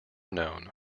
known